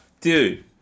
Dude